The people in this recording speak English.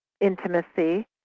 intimacy